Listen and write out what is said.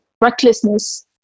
recklessness